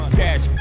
cash